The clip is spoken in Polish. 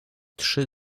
trzy